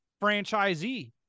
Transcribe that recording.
franchisee